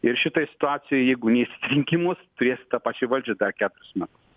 ir šitoj situacijoj jeigu neeisit į rinkimus turėsit tą pačią valdžią dar keturis metus